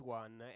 one